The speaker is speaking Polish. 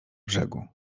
brzegu